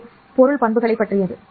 இது பொருள் பண்புகளைப் பற்றியது